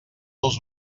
els